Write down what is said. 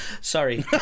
Sorry